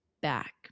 back